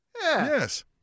Yes